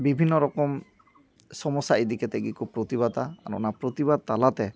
ᱵᱤᱵᱷᱤᱱᱱᱚ ᱨᱚᱠᱚᱢ ᱥᱚᱢᱚᱥᱥᱟ ᱤᱫᱤ ᱠᱟᱛᱮᱫ ᱜᱮᱠᱚ ᱯᱨᱚᱛᱤᱵᱟᱫᱽᱟ ᱟᱨ ᱚᱱᱟ ᱯᱨᱚᱛᱤᱵᱟᱫᱽ ᱛᱟᱞᱟᱛᱮ